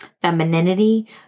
femininity